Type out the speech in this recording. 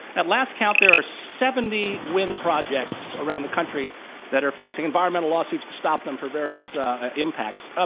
at last count there are seventy wind projects around the country that are facing environmental lawsuits to stop them for various impacts. ah